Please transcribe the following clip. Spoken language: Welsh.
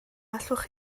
allwch